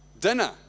dinner